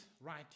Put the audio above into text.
right